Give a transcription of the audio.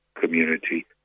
community